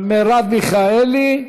מרב מיכאלי,